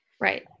Right